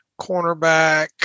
cornerback